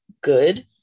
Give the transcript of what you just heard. good